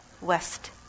west